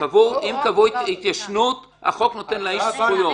אם קבעו התיישנות, החוק נותן לאיש זכויות.